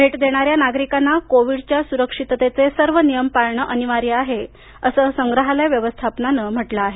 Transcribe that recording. भेट देणाऱ्या नागरिकांना कोविड सुरक्षिततेचे सर्व प नियम पाळणं अनिवार्य आहे असं संग्रहालय व्यवस्थापनानं म्हटलं आहे